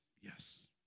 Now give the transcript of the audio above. Yes